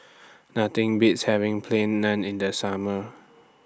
Nothing Beats having Plain Naan in The Summer